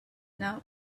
now